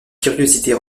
curiosités